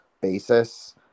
basis